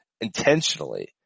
intentionally